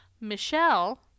Michelle